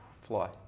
Fly